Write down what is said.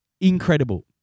incredible